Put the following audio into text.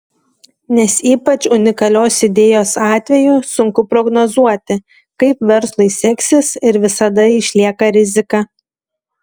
nes ypač unikalios idėjos atveju sunku prognozuoti kaip verslui seksis ir visada išlieka rizika